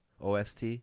OST